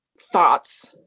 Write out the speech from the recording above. thoughts